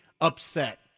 upset